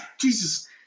Jesus